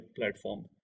platform